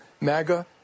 MAGA